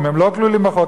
אם הם לא כלולים בחוק,